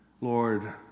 Lord